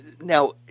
Now